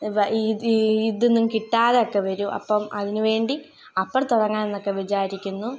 ഇവ ഈ ഈ ഇതൊന്നും കിട്ടാതൊക്കെ വരും അപ്പം അതിന് വേണ്ടി അപ്പോൾ തുടങ്ങാം എന്നൊക്കെ വിചാരിക്കുന്നു